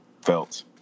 Felt